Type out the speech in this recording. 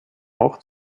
auch